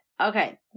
Okay